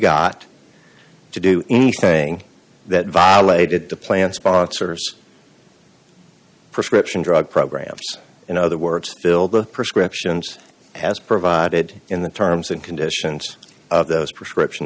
got to do anything that violated the plan sponsors prescription drug program in other words fill the prescriptions has provided in the terms and conditions of those prescription